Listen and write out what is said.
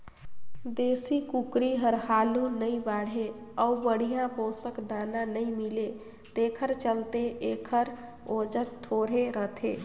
देसी कुकरी हर हालु नइ बाढ़े अउ बड़िहा पोसक दाना नइ मिले तेखर चलते एखर ओजन थोरहें रहथे